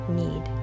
need